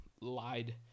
lied